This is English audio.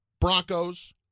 Broncos